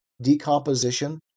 decomposition